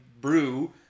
brew